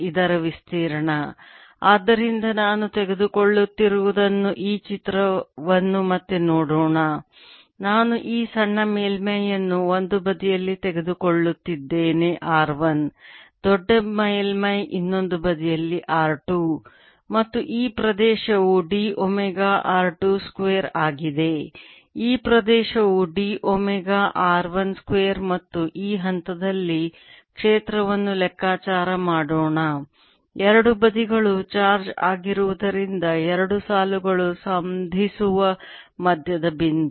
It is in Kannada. ಇದರ ವಿಸ್ತೀರ್ಣ ಆದ್ದರಿಂದ ನಾನು ತೆಗೆದುಕೊಳ್ಳುತ್ತಿರುವದನ್ನು ಈ ಚಿತ್ರವನ್ನು ಮತ್ತೆ ಮಾಡೋಣ ನಾನು ಈ ಸಣ್ಣ ಮೇಲ್ಮೈಯನ್ನು ಒಂದು ಬದಿಯಲ್ಲಿ ತೆಗೆದುಕೊಳ್ಳುತ್ತಿದ್ದೇನೆ r 1 ದೊಡ್ಡ ಮೇಲ್ಮೈ ಇನ್ನೊಂದು ಬದಿಯಲ್ಲಿ r 2 ಮತ್ತು ಈ ಪ್ರದೇಶವು d ಒಮೆಗಾ r 2 ಸ್ಕ್ವೇರ್ ಆಗಿದೆ ಈ ಪ್ರದೇಶವು d ಒಮೆಗಾ r 1 ಸ್ಕ್ವೇರ್ ಮತ್ತು ಈ ಹಂತದಲ್ಲಿ ಕ್ಷೇತ್ರವನ್ನು ಲೆಕ್ಕಾಚಾರ ಮಾಡೋಣ ಎರಡು ಬದಿಗಳು ಚಾರ್ಜ್ ಆಗುವುದರಿಂದ ಎರಡು ಸಾಲುಗಳು ಸಂಧಿಸುವ ಮಧ್ಯದ ಬಿಂದು